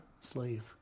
slave